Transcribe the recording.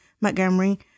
Montgomery